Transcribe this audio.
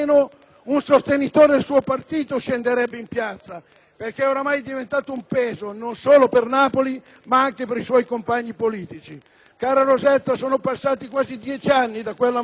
un sostenitore del suo partito scenderebbe in piazza, perché è ormai diventata un peso, non solo per Napoli, ma anche per i suoi compagni politici. Cara Rosetta, sono passati quasi dieci anni da quella